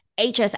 HS